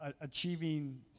achieving